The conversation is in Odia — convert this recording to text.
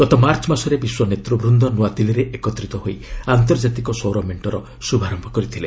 ଗତ ମାର୍ଚ୍ଚ ମାସରେ ବିଶ୍ୱ ନେତ୍ରବୃନ୍ଦ ନ୍ତଆଦିଲ୍ଲୀରେ ଏକତ୍ରିତ ହୋଇ ଆନ୍ତର୍ଜାତିକ ସୌର ମେଣ୍ଟର ଶ୍ରଭାରମ୍ଭ କରିଥିଲେ